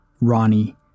Ronnie